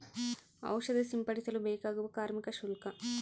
ಔಷಧಿ ಸಿಂಪಡಿಸಲು ಬೇಕಾಗುವ ಕಾರ್ಮಿಕ ಶುಲ್ಕ?